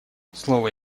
слово